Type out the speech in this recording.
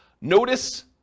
Notice